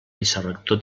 vicerector